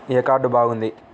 ఏ card బాగుంది?